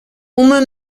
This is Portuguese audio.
uma